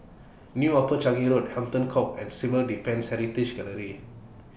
New Upper Changi Road Hampton Court and Civil Defence Heritage Gallery